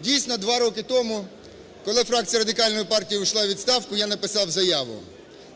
Дійсно, 2 роки тому, коли фракція Радикальної партії ушла у відставку, я написав заяву.